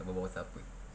nak berbual pasal apa